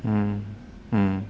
mm mm